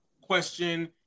question